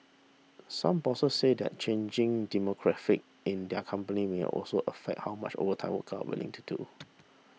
some bosses said that changing demographics in their companies may also affect how much overtime workers are willing to do